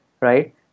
right